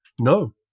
No